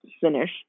finish